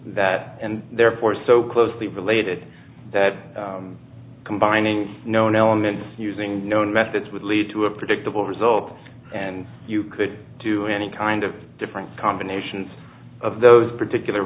that and therefore so closely related that combining known elements using known methods would lead to a predictable result and you could do any kind of different combinations of those particular